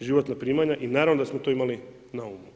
životna primanja i naravno da smo to imali na umu.